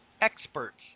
experts